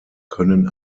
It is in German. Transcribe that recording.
können